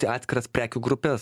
į atskiras prekių grupes